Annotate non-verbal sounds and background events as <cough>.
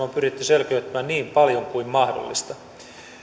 <unintelligible> on pyritty selkeyttämään niin paljon kuin mahdollista